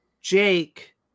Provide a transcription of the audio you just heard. jake